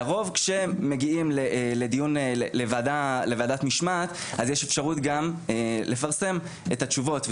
לרוב כשמגיעים לוועדת משמעת אז יש אפשרות גם לפרסם את התשובות,